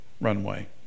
runway